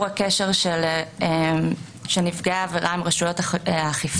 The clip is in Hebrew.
הקשר של נפגעי העבירה עם רשויות האכיפה,